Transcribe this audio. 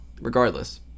regardless